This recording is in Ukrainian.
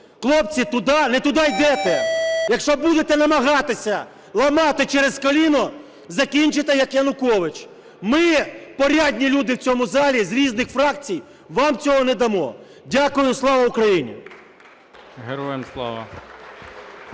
Хлопці не туди йдете, якщо будете намагатися ламати через коліно, закінчите, як Янукович. Ми, порядні люди в цьому залі з різних фракцій, вам цього не дамо. Дякую. Слава Україні!